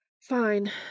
Fine